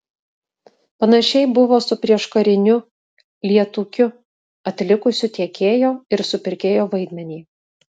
panašiai buvo su prieškariniu lietūkiu atlikusiu tiekėjo ir supirkėjo vaidmenį